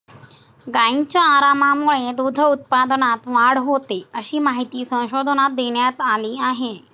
गायींच्या आरामामुळे दूध उत्पादनात वाढ होते, अशी माहिती संशोधनात देण्यात आली आहे